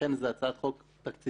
לכן, זו הצעת חוק תקציבית.